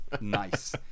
Nice